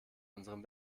unserem